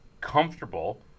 comfortable